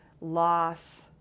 loss